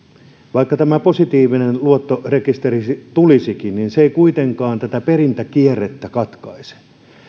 vaikka tämä positiivinen luottorekisteri tulisikin niin se ei kuitenkaan tätä perintäkierrettä katkaise